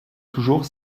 toujours